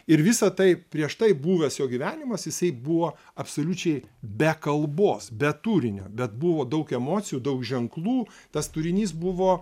ir visa tai prieš tai buvęs jo gyvenimas jisai buvo absoliučiai be kalbos be turinio bet buvo daug emocijų daug ženklų tas turinys buvo